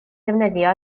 ddefnyddio